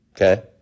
Okay